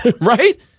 right